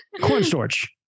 Cornstarch